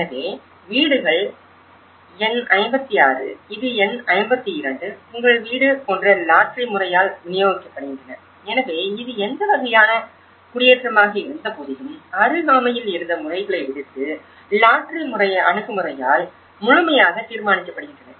எனவே வீடுகள் எண் 56 இது எண் 52 உங்கள் வீடு போன்ற லாட்டரி முறையால் விநியோகிக்கப்படுகின்றன எனவே இது எந்த வகையான குடியேற்றமாக இருந்தபோதிலும் அருகாமையில் இருந்த முறைகளை விடுத்து லாட்டரி அணுகுமுறையால் முழுமையாக தீர்மானிக்கப்படுகின்றன